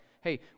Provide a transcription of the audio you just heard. hey